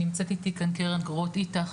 נמצאת איתי כאן קרן רוט איטח,